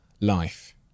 life